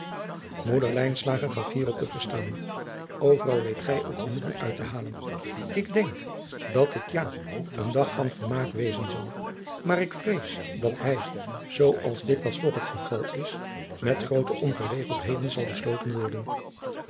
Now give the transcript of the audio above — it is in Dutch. lijnslager gaf hier op te verstaan overal weet gij ook genoegen uit te halen ik denk dat het ja een dag van vermaak wezen zal maar ik vrees dat hij zoo als dikwijls toch het geval is met groote ongeregeldheden zal besloten worden